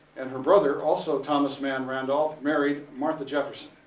and her brother, also thomas mann randolph, married martha jefferson,